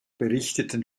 berichteten